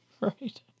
Right